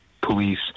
police